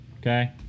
Okay